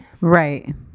Right